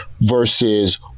versus